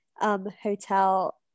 hotel